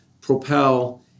Propel